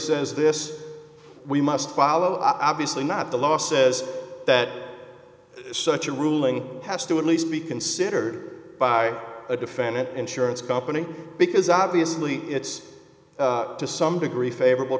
says this we must follow up obviously not the law says that such a ruling has to at least be considered by the defendant insurance company because obviously it's to some degree favorable